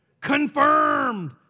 confirmed